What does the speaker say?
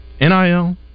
NIL